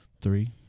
Three